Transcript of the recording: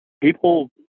people